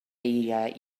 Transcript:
eiriau